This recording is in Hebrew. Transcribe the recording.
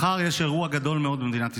מחר יש אירוע גדול מאוד במדינת ישראל,